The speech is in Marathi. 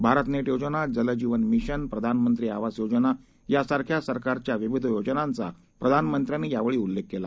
भारतनेट योजना जल जीवन मिशन प्रधानमंत्री आवास योजना यासारख्या सरकारच्या विविध योजनांचा प्रधानामंत्र्यांनी यावेळी उल्लेख केला